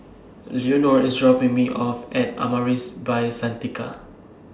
Leonor IS dropping Me off At Amaris By Santika